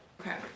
Okay